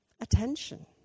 attention